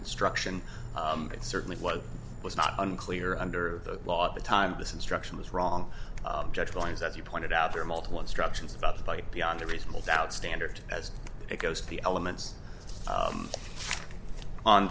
construction that certainly what was not unclear under the law at the time this instruction was wrong judge ones as you pointed out there are multiple instructions about the fight beyond a reasonable doubt standard as it goes to the elements